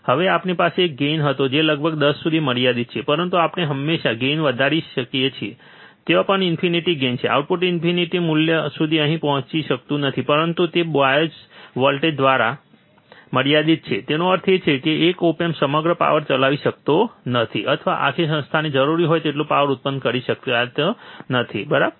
હવે આપણી પાસે એક ગેઇન હતો જે લગભગ 10 સુધી મર્યાદિત છે પરંતુ આપણે હંમેશા ગેઇન વધારી શકીએ છીએ ત્યાં પણ ઈન્ફિનિટ ગેઇન છે આઉટપુટ ઈન્ફિનિટ મૂલ્ય સુધી પહોંચી શકતું નથી પરંતુ તે બાયઝ વોલ્ટેજ દ્વારા મર્યાદિત છે તેનો અર્થ એ છે કે એક ઓપ એમ્પ સમગ્ર પાવર ચલાવી શકતો નથી અથવા આખી સંસ્થાને જરૂરી હોય તેટલો પાવર ઉત્પન્ન કરી શકતી નથી બરાબર